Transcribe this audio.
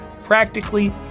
practically